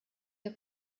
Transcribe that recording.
der